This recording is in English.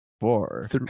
four